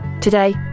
Today